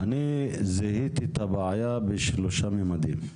אני זיהיתי את הבעיה בשלושה מימדים.